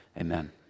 Amen